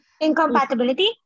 incompatibility